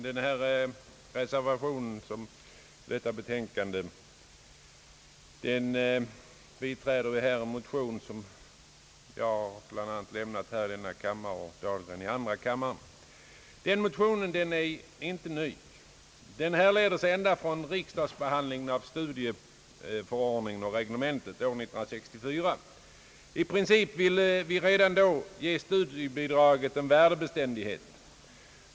Herr talman! Reservationen vid detta utlåtande biträder en motion som väckts i denna kammare av mig m.fl. och i andra kammaren av herr Dahlgren m.fl. Motionen är inte ny. Den härleder sig ända från riksdagsbehandlingen av studiemedelsförordningen och reglementet år 1964. I princip ville vi redan då ge studiebidraget värdebeständighet.